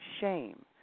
shame